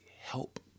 help